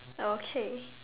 okay